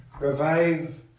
revive